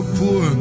poor